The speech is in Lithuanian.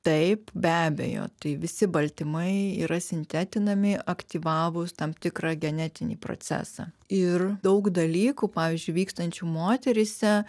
taip be abejo tai visi baltymai yra sintetinami aktyvavus tam tikrą genetinį procesą ir daug dalykų pavyzdžiui vykstančių moteryse